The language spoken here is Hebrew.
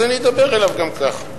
אז אני אדבר אליו גם כך.